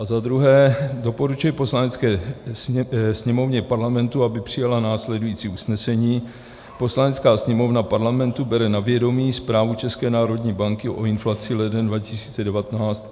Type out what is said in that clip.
za druhé doporučuje Poslanecké sněmovně Parlamentu, aby přijala následující usnesení: Poslanecká sněmovna Parlamentu bere na vědomí zprávu České národní banky o inflaci leden 2019 ;